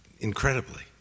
incredibly